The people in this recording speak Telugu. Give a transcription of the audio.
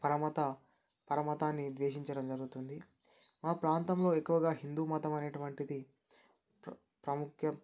పరమత పరమతాన్ని ద్వేషించటం జరుగుతుంది మా ప్రాంతంలో ఎక్కువగా హిందూ మతం అనేటువంటిది ప్రా ప్రాముఖ్యత